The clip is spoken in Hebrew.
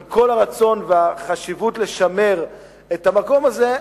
עם כל הרצון והחשיבות לשמור את מורשת המקום הזה,